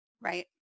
right